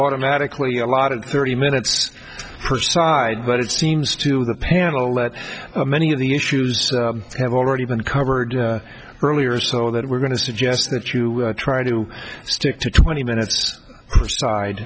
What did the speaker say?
automatically a lot of thirty minutes per side but it seems to the panel that many of the issues have already been covered earlier so that we're going to suggest that you try to stick to twenty minutes